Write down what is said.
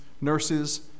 nurses